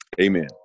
Amen